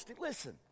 listen